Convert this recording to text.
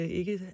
ikke